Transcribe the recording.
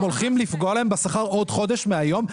הולכים לפגוע להם בשכר עוד חודש מהיום,